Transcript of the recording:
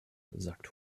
sagt